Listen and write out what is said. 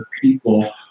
people